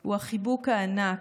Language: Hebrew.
הוא החיבוק הענק,